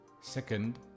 Second